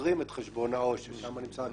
פוטרים את חשבון העו"ש, ששם נמצא הכסף.